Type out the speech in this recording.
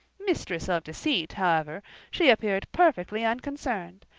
mistress of deceit, however, she appeared perfectly unconcerned,